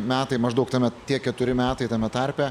metai maždaug tame tie keturi metai tame tarpe